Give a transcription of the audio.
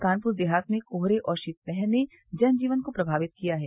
कानपुर देहात में कोहरे और शीतलहर ने जन जीवन को प्रमावित किया है